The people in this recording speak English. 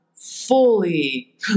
fully